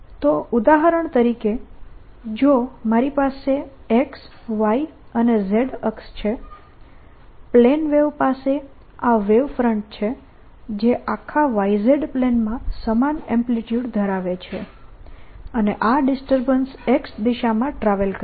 તો ઉદાહરણ તરીકે જો મારી પાસે X Y અને Z અક્ષ છે પ્લેન વેવ પાસે આ વેવફ્રન્ટ છે જે આખા YZ પ્લેનમાં સમાન એમ્પ્લીટ્યુડ ધરાવે છે અને આ ડિસ્ટર્બન્સ X દિશામાં ટ્રાવેલ કરે છે